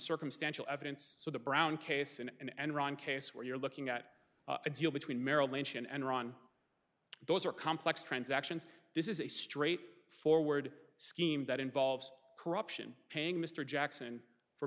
circumstantial evidence so the brown case in an enron case where you're looking at a deal between merrill lynch and enron those are complex transactions this is a straight forward scheme that involves corruption paying mr jackson for